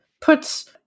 puts